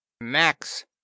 Max